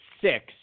six